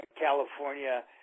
California